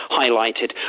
highlighted